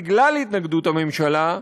בגלל התנגדות הממשלה,